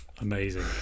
Amazing